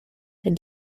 del